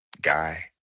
guy